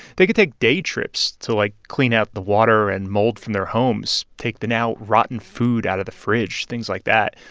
they could take day trips to, like, clean out the water and mold from their homes, take the now-rotten food out of the fridge things like that.